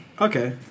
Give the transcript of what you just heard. Okay